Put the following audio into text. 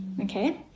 okay